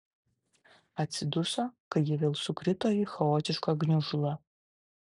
atsiduso kai jie vėl sukrito į chaotišką gniužulą